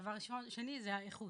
הדבר השני, הוא האיכות.